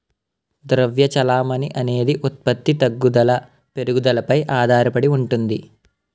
ద్రవ్య చెలామణి అనేది ఉత్పత్తి తగ్గుదల పెరుగుదలపై ఆధారడి ఉంటుంది